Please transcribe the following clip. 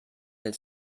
will